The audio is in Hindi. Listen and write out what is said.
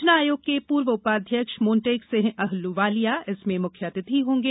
योजना आयोग के पूर्व उपाध्यक्ष मोन्टेक सिंह अहलुवालिया इसमें मुख्य अतिथि होंगे